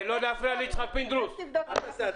בבקשה.